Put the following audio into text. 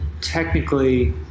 technically